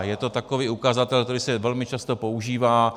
Je to takový ukazatel, který se velmi často používá.